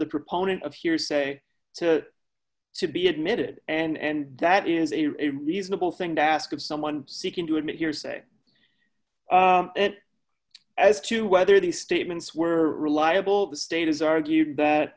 the proponent of hearsay to to be admitted and that is a reasonable thing to ask of someone seeking to admit hearsay and as to whether the statements were reliable the state has argued that